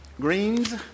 Greens